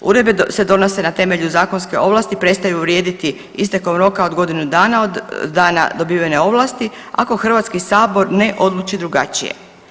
Uredbe se donose na temelju zakonske i prestaju vrijediti istekom roka od godinu dana od dana dobivene ovlasti ako Hrvatski sabor ne odluči drugačije.